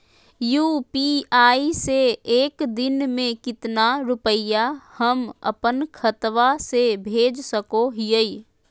UPI से एक दिन में कितना रुपैया हम अपन खाता से भेज सको हियय?